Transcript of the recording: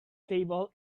table